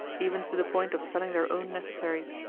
even to the point of selling their own necessaries.